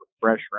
fresh